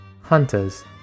Hunters